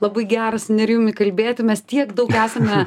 labai gera su nerijumi kalbėti mes tiek daug esame